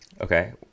Okay